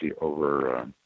over